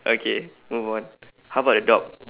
okay move on how about the dog